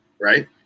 Right